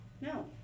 No